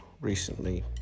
recently